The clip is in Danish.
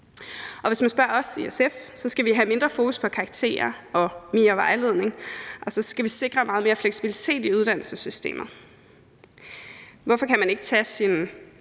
Hvis du spørger os i SF, skal vi have mindre fokus på karakterer og have mere vejledning, og så skal vi sikre meget mere fleksibilitet i uddannelsessystemerne. Hvorfor kan man ikke tage sin